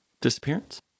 disappearance